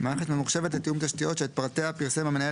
מערכת ממוחשבת לתיאום תשתיות שאת פרטיה פרסם המנהל